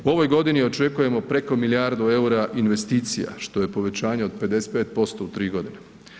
U ovoj godini očekujemo preko milijardu eura investicija, što je povećanje od 55% u tri godine.